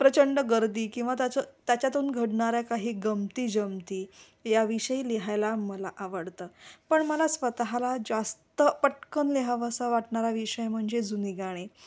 प्रचंड गर्दी किंवा त्याचं त्याच्यातून घडणाऱ्या काही गमती जमती या विषयी लिहायला मला आवडतं पण मला स्वतःला जास्त पटकन लिहावासा वाटणारा विषय म्हणजे जुनी गाणी